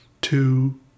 two